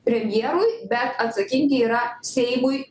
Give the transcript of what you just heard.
premjerui bet atsakingi yra seimui